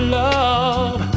love